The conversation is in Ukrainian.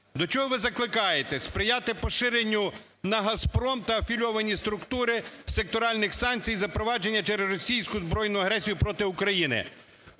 До чого ви закликаєте? Сприяти поширенню на "Газпром" та афілійовані структури секторальних санкцій, запроваджених через російську збройну агресію проти України.